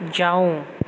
जाउ